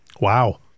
Wow